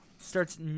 starts